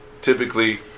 typically